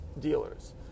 dealers